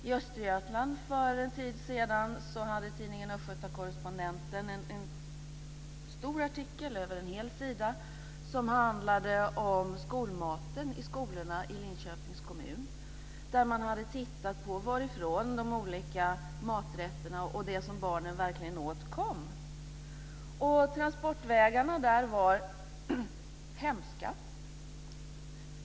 I Östergötland hade tidningen Östgöta Correspondenten för en tid sedan en stor artikel över en hel sida som handlade om skolmaten i skolorna i Linköpings kommun. Man hade tittat på varifrån de olika maträtterna och det som barnen åt kom. Transportvägarna var hemska.